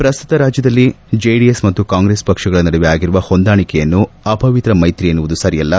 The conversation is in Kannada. ಪ್ರಸ್ತುತ ರಾಜ್ಯದಲ್ಲಿ ಜೆಡಿಎಸ್ ಮತ್ತು ಕಾಂಗ್ರೆಸ್ ಪಕ್ಷಗಳ ನಡುವೆ ಆಗಿರುವ ಹೊಂದಾಣಿಕೆಯನ್ನು ಅಪವಿತ್ರ ಮೈತ್ರಿ ಎನ್ನುವುದು ಸರಿಯಲ್ಲ